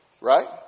right